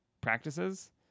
practices